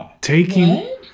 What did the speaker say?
taking